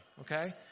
okay